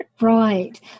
Right